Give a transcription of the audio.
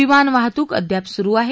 विमान वाहतूक अद्याप सुरु आहे